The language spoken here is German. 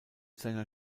seiner